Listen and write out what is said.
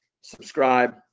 subscribe